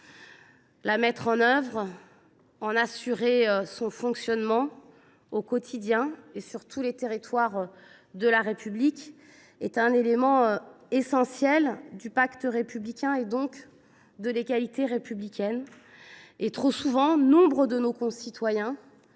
la mettre en œuvre, en assurer le fonctionnement au quotidien et partout sur le territoire de la République. Il s’agit là d’un élément essentiel du pacte républicain, donc de l’égalité républicaine. Pourtant, trop souvent, nombre de nos concitoyens